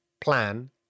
plan